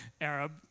Arab